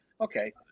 okay